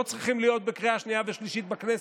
צריכים להיות בקריאה שנייה ושלישית בכנסת.